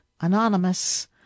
anonymous